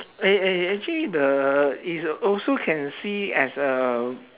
eh wait actually the is also can see as a